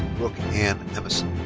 brooke anne emison.